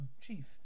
Chief